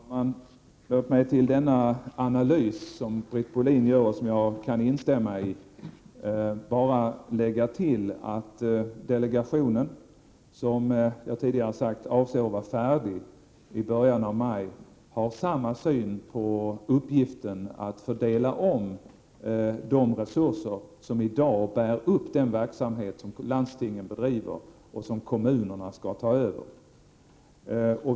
Herr talman! Låt mig till denna analys som Britt Bohlin gör och som jag kan instämma i bara tillägga att delegationen som, vilket jag tidigare har sagt, avser att vara färdig i början av maj, har samma syn på uppgiften att omfördela de resurser som i dag bär upp den verksamhet som landstingen bedriver och som kommunerna skall ta över.